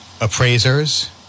appraisers